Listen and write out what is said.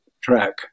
track